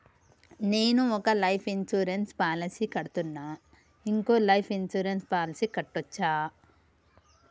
నేను ఒక life insurance policy కడ్తున్నా, ఇంకో లైఫ్ ఇన్సూరెన్స్ పాలసీ కట్టొచ్చా?